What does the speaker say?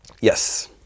Yes